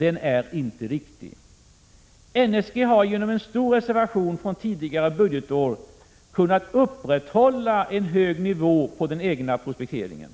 är inte riktig. NSG har genom en stor reservation från tidigare budgetår kunnat upprätthålla en hög nivå på den egna prospekteringen.